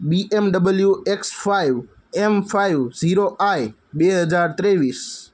B M W X five M five zero I બે હજાર ત્રેવીસ